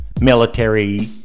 military